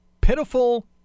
pitiful